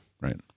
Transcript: right